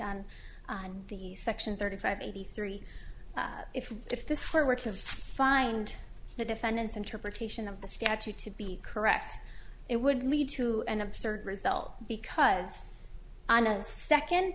on the section thirty five eighty three if if this were to find the defendants interpretation of the statute to be correct it would lead to an absurd result because on a second